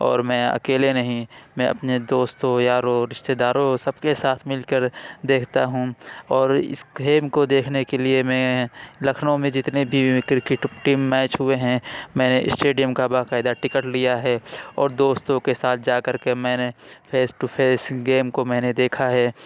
اور میں اکیلے نہیں میں اپنے دوستوں یاروں رشتے داروں سب کے ساتھ مل کر دیکھتا ہوں اور اس گھیم کو دیکھنے کے لیے میں لکھنؤ میں جتنے بھی کرکٹ ٹیم میچ ہوئے ہیں میں نے اسٹیڈیم کا باقاعدہ ٹکٹ لیا ہے اور دوستوں کے ساتھ جا کر کے میں نے فیس ٹو فیس گیم کو میں نے دیکھا ہے